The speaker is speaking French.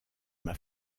m’a